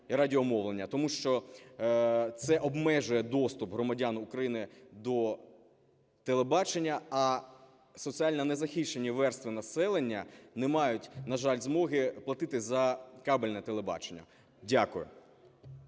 тому що це обмежує доступ громадян України до телебачення, а соціально незахищені верстви населення не мають, на жаль, змоги платити за кабельне телебачення. Дякую.